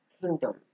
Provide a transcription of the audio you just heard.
kingdoms